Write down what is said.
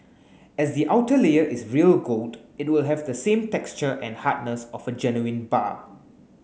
as the outer layer is real gold it will have the same texture and hardness of a genuine bar